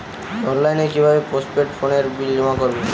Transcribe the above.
অনলাইনে কি ভাবে পোস্টপেড ফোনের বিল জমা করব?